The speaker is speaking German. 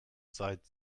seit